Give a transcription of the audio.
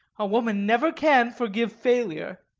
a woman never can forgive failure.